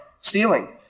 stealing